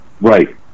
Right